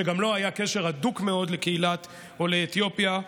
שגם לו היה קשר הדוק מאוד לקהילת עולי אתיופיה.